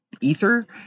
ether